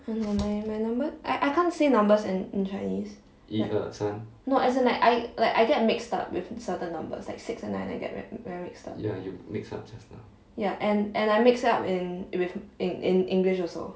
ah no my my my number I I can't say numbers in in chinese no as in like I like I get mixed up with certain numbers like six or nine I get very very mixed up and and I mix it up in with in english also